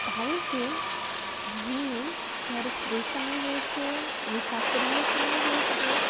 કારણ કે હું જ્યારે ફ્રી સમય હોય છે મુસાફરીનો સમય હોય છે